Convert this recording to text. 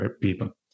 people